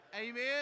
Amen